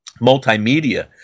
multimedia